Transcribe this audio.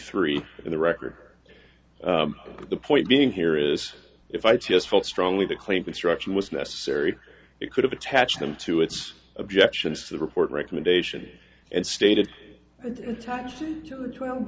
three in the record the point being here is if i just felt strongly the claim construction was necessary it could have attached them to its objections to the report recommendation and stated and such